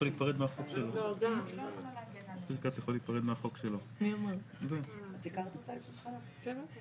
אני חושבת שאנחנו קצת פורשים את היריעה מעבר לחוק שלנו והזמן שלנו